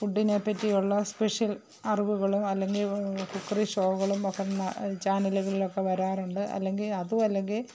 ഫുഡിനെ പറ്റിയുള്ള സ്പെഷ്യൽ അറിവുകൾ അല്ലെങ്കിൽ കൂക്കറി ഷോകളും ഒക്കെ ന്ന ചാനലുകളിലൊക്കെ വരാറുണ്ട് അല്ലെങ്കിൽ അതുമല്ലെങ്കിൽ